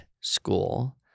school